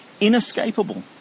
inescapable